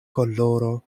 koloro